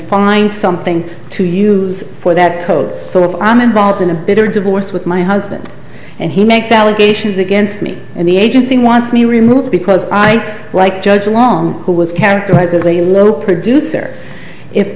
find something to use for that code so if i'm involved in a bitter divorce with my husband and he makes allegations against me and the agency wants me removed because i like judge long who was characterized as a low producer if